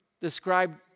described